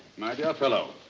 my dear fellow.